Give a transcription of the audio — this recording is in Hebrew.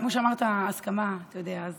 כמו שאמרת, הסכמה, אתה יודע.